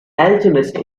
alchemist